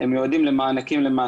גם הקיימות נכון